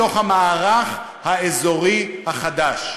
בתוך המערך האזורי החדש?